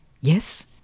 Yes